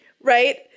Right